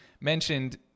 mentioned